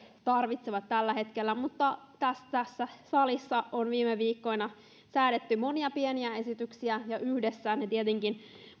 tarvitsevat tällä hetkellä mutta tässä salissa on viime viikkoina säädetty monia pieniä esityksiä ja yhdessä ne tietenkin